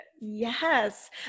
yes